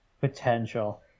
potential